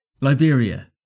Liberia